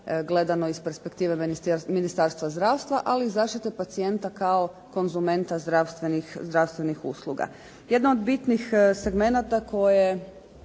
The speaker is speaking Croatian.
gledano iz perspektive Ministarstva zdravstva, ali i zaštite pacijenta kao konzumenta zdravstvenih usluga. Jedno od bitnih segmenata koje